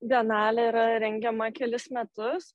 bienalė yra rengiama kelis metus